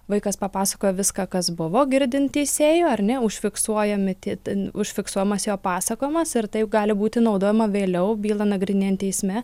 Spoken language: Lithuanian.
vaikas papasakoja viską kas buvo girdint teisėjui ar ne užfiksuojami tie užfiksuojamas jo pasakojimas ir tai gali būti naudojama vėliau bylą nagrinėjant teisme